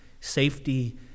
safety